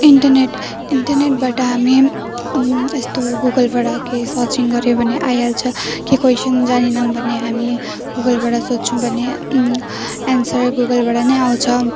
internet इन्टरनेटबाट हामीमा यस्तो गुगलबाट के सर्चिङ गर्यो भने आइहाल्छ के क्वेसन जानेनौँ भने हामी गुगलबाट सोध्छौँ भने एन्सर गुगलबाट नै आउँछ